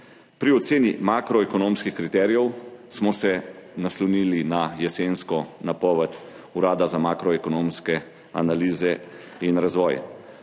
Pri oceni makroekonomskih kriterijev smo se naslonili na jesensko napoved Urada za makroekonomske analize in razvoj.